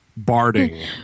barding